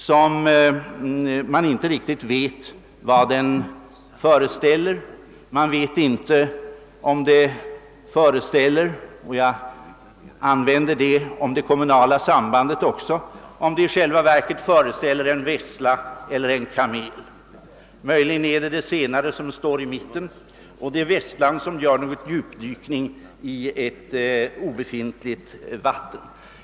Ingen vet egentligen riktigt vad den skall föreställa. Man vet inte om den i själva verket föreställer — och jag vill använda denna liknelse om det kommunala sambandet också en vessla eller en kamel. Möjligen är det den senare som står i mitten, och det är kanske vesslan som gör en djupdykning i något obefintligt vatten.